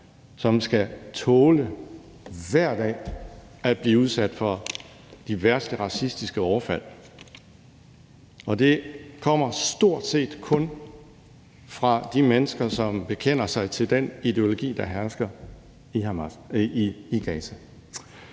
som skal tåle hver dag at blive udsat for de værste racistiske overfald, og det kommer stort set kun fra de mennesker, som bekender sig til den ideologi, der hersker i Gaza.